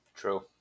True